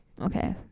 okay